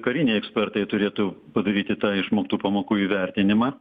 kariniai ekspertai turėtų padaryti tą išmoktų pamokų įvertinimą